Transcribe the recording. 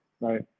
right